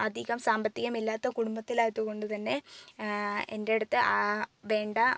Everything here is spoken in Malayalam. അധികം സാമ്പത്തികമില്ലാത്ത കുടുംബത്തിലായതുകൊണ്ട് തന്നെ എൻ്റടുത്ത് വേണ്ട